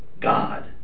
God